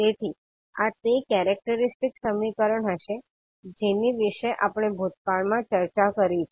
તેથી આ તે કેરેક્ટરિસ્ટિક સમીકરણ હશે જેની વિશે આપણે ભૂતકાળમાં ચર્ચા કરી છે